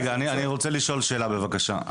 רגע, אני רוצה לשאול שאלה, בבקשה.